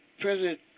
President